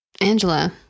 Angela